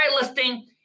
listing